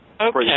Okay